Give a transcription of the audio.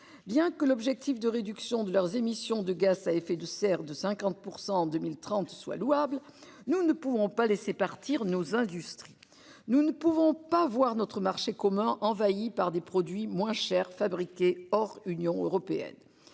bien que l'objectif de réduction de leurs émissions de gaz à effet de serre de 50% en 2030 soit louable. Nous ne pouvons pas laisser partir nos industries. Nous ne pouvons pas voir notre marché commun envahis par des produits moins chers fabriqués hors Union européenne.